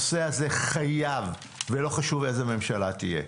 שוק היבוא חייב, ולא חשוב איזו ממשלה תהיה,